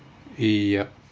yup